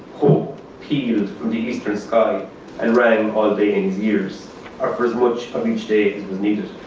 hope peeled from the eastern sky and rang all day in his ears or for as much of each day as was needed.